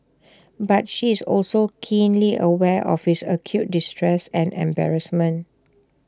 but she is also keenly aware of his acute distress and embarrassment